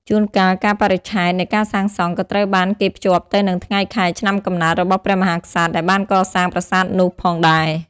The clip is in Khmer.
ជួនកាលកាលបរិច្ឆេទនៃការសាងសង់ក៏ត្រូវបានគេភ្ជាប់ទៅនឹងថ្ងៃខែឆ្នាំកំណើតរបស់ព្រះមហាក្សត្រដែលបានកសាងប្រាសាទនោះផងដែរ។